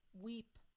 weep